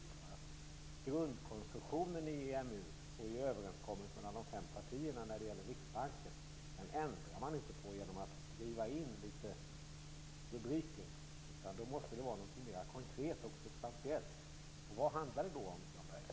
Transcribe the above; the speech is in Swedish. Man ändrar inte på grundkonstruktionen i EMU och i överenskommelsen mellan de fem partierna när det gäller Riksbanken genom att skriva in litet rubriker. Det måste vara något mer konkret och substantiellt. Vad handlar det då om, Jan Bergqvist?